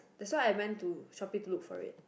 that why I when to shoppe to look for it